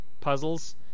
puzzles